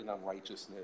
unrighteousness